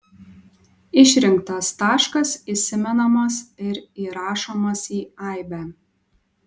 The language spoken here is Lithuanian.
išrinktas taškas įsimenamas ir įrašomas į aibę